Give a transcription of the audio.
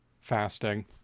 fasting